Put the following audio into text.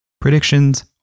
predictions